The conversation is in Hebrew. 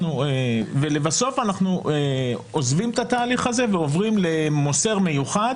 ולבסוף אנחנו עוזבים את התהליך הזה ועוברים למוסר מיוחד